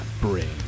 bring